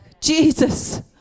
Jesus